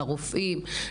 לרופאים,